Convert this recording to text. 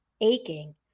aching